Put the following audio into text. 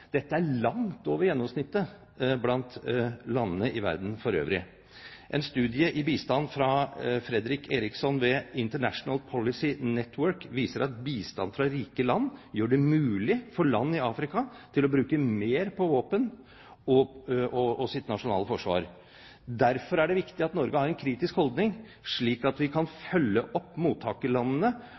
Dette er langt over gjennomsnittet blant landene i verden for øvrig. En studie i bistand fra Fredrik Ericsson ved International Policy Network viser at bistand fra rike land gjør det mulig for land i Afrika å bruke mer på våpen og nasjonalt forsvar. Derfor er det viktig at Norge har en kritisk holdning, slik at vi kan følge opp